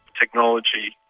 technology,